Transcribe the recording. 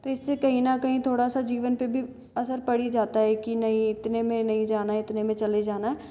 तो इससे कहीं न कहीं थोड़ा सा जीवन पर भी असर पड़ ही जाता है कि नहीं इतने में नहीं जाना है इतने में चले जाना है